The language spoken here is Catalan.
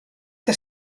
que